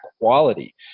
quality